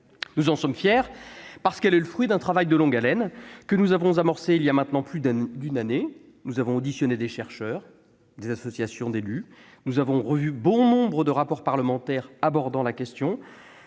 Cette proposition est en effet le fruit d'un travail de longue haleine que nous avons amorcé il y a maintenant plus d'une année : nous avons auditionné des chercheurs, des associations d'élus ; nous avons revu bon nombre de rapports parlementaires abordant la question